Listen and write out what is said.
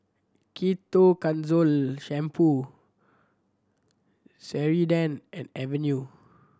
Ketoconazole Shampoo Ceradan and Avene